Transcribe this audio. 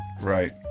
Right